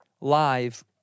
live